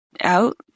out